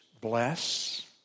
bless